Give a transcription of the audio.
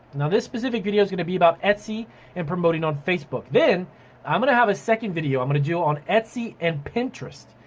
now this specific video is gonna be about etsy and promoting on facebook. then i'm gonna have a second video, i'm gonna do on etsy and pinterest,